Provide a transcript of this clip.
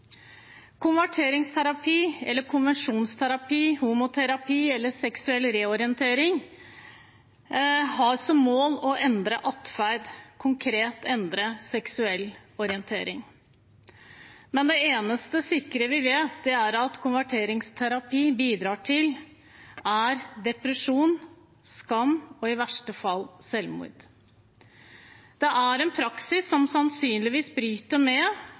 Konverteringsterapi, konvensjonsterapi, homoterapi eller seksuell reorientering har som mål å endre adferd – konkret å endre seksuell orientering. Det eneste sikre vi vet at konverteringsterapi bidrar til, er depresjon, skam og i verste fall selvmord. Det er en praksis som sannsynligvis bryter med